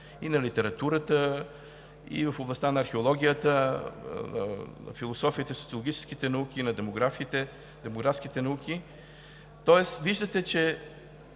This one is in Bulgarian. и на литературата, и в областта на археологията, философията, социологическите науки, на демографските науки. Тоест виждате, че